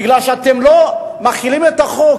מפני שאתם לא מחילים את החוק,